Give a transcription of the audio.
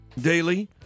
daily